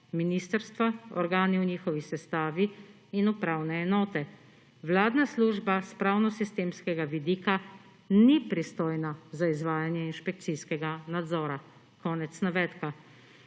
ministrstva, organi v njihovi sestavi in upravne enote. Vladna služba s pravno-sistemskega vidika ni pristojna za izvajanje inšpekcijskega nadzora«. Kako